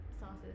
sauces